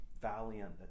valiant